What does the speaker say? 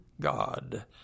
God